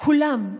כולם,